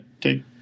Take